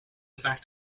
fact